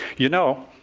you know,